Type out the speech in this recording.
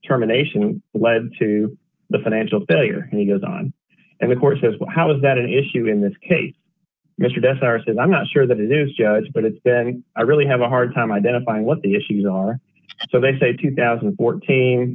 terminations led to the financial failure and he goes on and of course as well how is that an issue in this case mr deaths are said i'm not sure that it is judge but it's i really have a hard time identifying what the issues are so they say two thousand and fourteen